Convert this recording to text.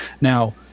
Now